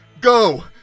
Go